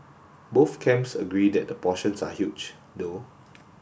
both camps agree that the portions are huge though